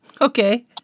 Okay